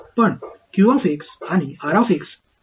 पण आणि ची विशेष प्रॉपर्टी काय आहे